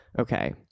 Okay